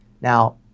Now